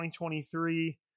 2023